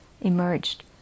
emerged